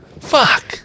Fuck